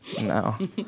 no